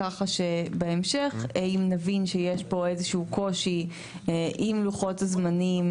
ככה שאם נבין שיש פה איזה שהוא קושי עם לוחות הזמנים,